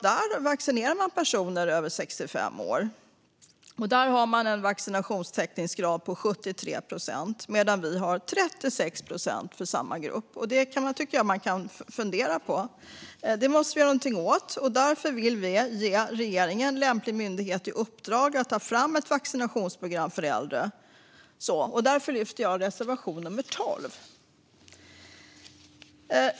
Där vaccinerar man personer över 65 år. Där har man en vaccinationstäckningsgrad på 73 procent, medan vi har 36 procent för samma grupp. Det tycker jag att man kan fundera på. Vi måste göra något åt detta, och därför vill vi att regeringen ger lämplig myndighet i uppdrag att ta fram ett vaccinationsprogram för äldre. Därför vill jag yrka bifall till reservation nummer 12.